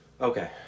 Okay